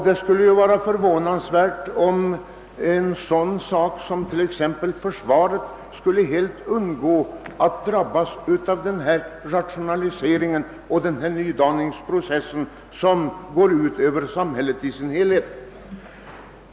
Det skulle då vara förvånansvärt, om försvaret helt skulle undgå den rationaliseringsoch nydaningsprocess som berör samhället i dess helhet.